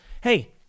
Hey